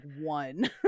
one